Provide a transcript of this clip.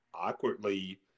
awkwardly